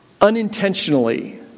unintentionally